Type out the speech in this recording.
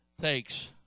takes